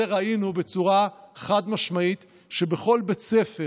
ראינו בצורה חד-משמעית שבכל בית ספר